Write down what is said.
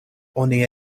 oni